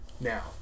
Now